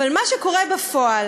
אבל מה שקורה בפועל